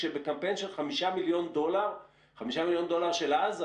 ובקמפיין של חמישה מיליון דולר של אז,